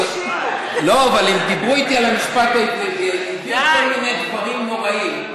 הם דיברו איתי על המשפט העברי כל מיני דברים נוראיים.